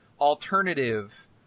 alternative